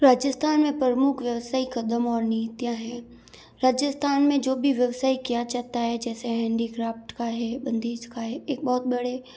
राजस्थान में प्रमुख व्यवसाय कदम और नीतियाँ हैं राजस्थान में जो भी व्यवसाय किया जाता है जैसे हैंडीक्राफ्ट का बंदिज का है एक बहुत बड़े